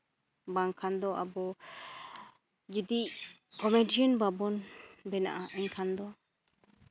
ᱵᱟᱝᱠᱷᱟᱱ ᱫᱚ ᱟᱵᱚ ᱡᱩᱫᱤ ᱠᱚᱢᱮᱰᱤᱭᱟᱱ ᱵᱟᱵᱚᱱ ᱵᱮᱱᱟᱜᱼᱟ ᱮᱱᱠᱷᱟᱱ ᱫᱚ